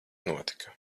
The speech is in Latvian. notika